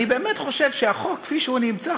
אני באמת חושב שהחוק כפי שהוא נמצא,